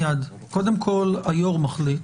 קודם כל היו"ר מחליט.